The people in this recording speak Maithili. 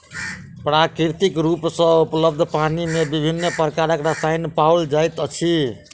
प्राकृतिक रूप सॅ उपलब्ध पानि मे विभिन्न प्रकारक रसायन पाओल जाइत अछि